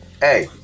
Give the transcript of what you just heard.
hey